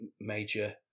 major